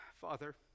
Father